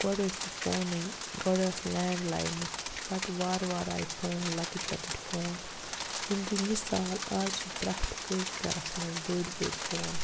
گۄڈٕ ٲسۍ نہٕ فونٕے گۄڈٕ آسہٕ لینٛڈ لاینہٕ پَتہٕ وارٕ وارٕ آیہِ فون لَکٕٹۍ لَکٕٹۍ فون یِم گٔیہِ مِثال آز چھِ پرٛٮ۪تھ کٲنٛسہِ گَرَس مَنٛز بٔڑۍ بٔڑۍ فون